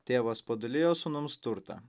tėvas padalijo sūnums turtą